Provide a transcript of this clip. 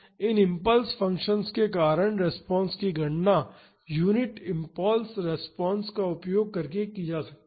इन impulse functions के कारण response की गणना यूनिट इम्पल्स रिस्पांस का उपयोग करके की जा सकती है